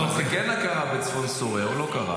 אבל זה כן קרה בצפון סוריה, או לא קרה?